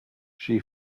she